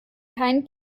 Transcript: keinen